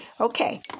Okay